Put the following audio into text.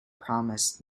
promised